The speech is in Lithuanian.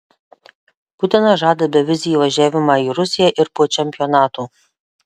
putinas žada bevizį įvažiavimą į rusiją ir po čempionato